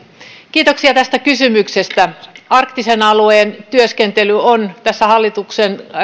kiitoksia tästä kysymyksestä arktisen alueen työskentely on tässä hallituksen